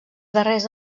darrers